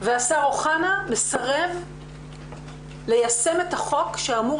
והשר אוחנה - מסרב ליישם את החוק שאמור